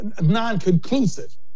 non-conclusive